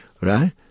right